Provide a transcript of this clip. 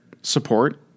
support